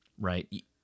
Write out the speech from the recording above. right